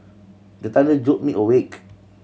the thunder jolt me awake